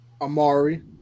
Amari